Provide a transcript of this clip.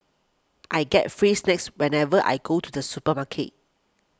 I get free snacks whenever I go to the supermarket